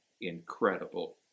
incredible